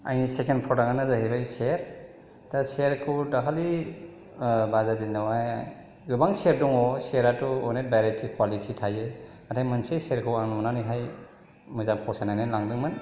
आंनि सेकेण्ड प्रडाक्टआनो जाहैबाय सेर दा सेरखौ दाखालै बाजार दिनावहाय गोबां सेर दङ सेराथ' अनेक भेराइटि कवालिटि थायो नाथाय मोनसे सेरखौ आं नुनानैहाय मोजां फसायनानै लांदोंमोन